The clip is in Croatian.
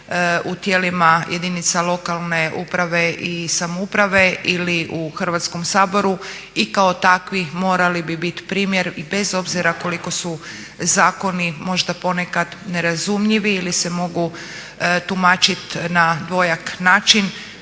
u tijelima jedinica lokalne samouprave i samouprave ili u Hrvatskom saboru i kao takvi morali bi biti primjer i bez obzira koliko su zakoni možda ponekad nerazumljivi ili se mogu tumačiti na dvojak način,